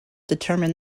determine